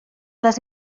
les